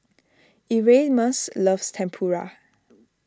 Erasmus loves Tempura